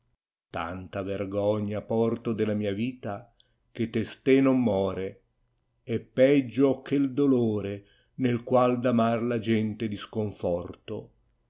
tanta vergogna porto della mia vita che testé non more peggio ho che u dolore nel qaal d amar la gente disconforto